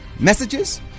Messages